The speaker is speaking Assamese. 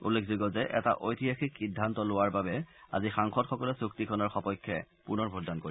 উল্লেখযোগ্য যে এটা ঐতিহাসিক সিদ্ধান্ত লোৱাৰ বাবে আজি সাংসদসকলে চুক্তিখনৰ সপক্ষে পুনৰ ভোটদান কৰিব